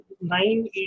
nine